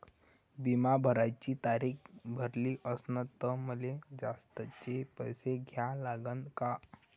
बिमा भराची तारीख भरली असनं त मले जास्तचे पैसे द्या लागन का?